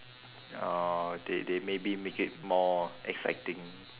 uh they they maybe make it more exciting